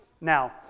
Now